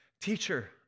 Teacher